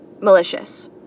malicious